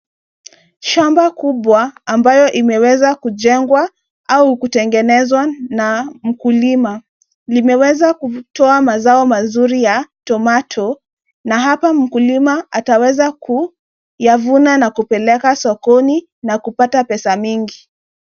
Shamba kubwa ambayo imeweza kujengwa au kutengenezwa na mkulima. Limeweza kutoa mazao mazuri ya tomato . Na hapa mkulima ataweza kuyavuna na kupeleka sokoni na kupata pesa mingi.